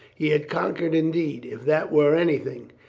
he had conquered indeed, if that were anything.